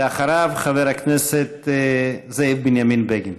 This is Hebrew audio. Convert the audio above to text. ואחריו, חבר הכנסת זאב בנימין בגין.